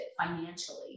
financially